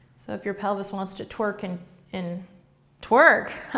so if your pelvis wants to twerk. and and twerk?